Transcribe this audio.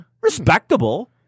Respectable